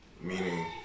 meaning